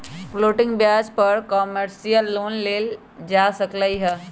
floating ब्याज पर commercial loan लेल जा सकलई ह